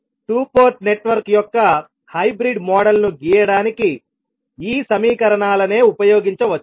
2 port network యొక్క hybrid మోడల్ను గీయడానికి ఈ సమీకరణాలనే ఉపయోగించవచ్చు